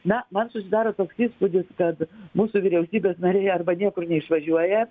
na man susidaro toks įspūdis kad mūsų vyriausybės nariai arba niekur neišvažiuoja